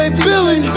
Billy